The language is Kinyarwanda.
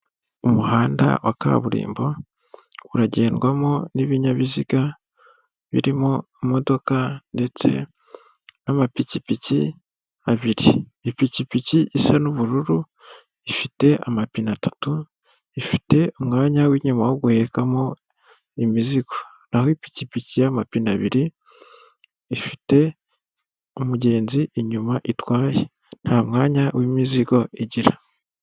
Umuhanda wa kaburimbo uragendwamo n'ibinyabiziga birimo imodoka ndetse n'amapikipiki abiri ipikipiki isa n'ubururu ifite amapine atatu ifite umwanya w'inyuma wo guhekamo imizigo nahoho ipikipiki y'amapine abiri ifite umugenzi inyuma itwaye nta mwanya w'imizigo igira.